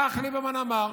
כך ליברמן אמר.